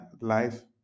life